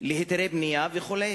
להיתרי בנייה וכו'.